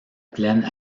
plaine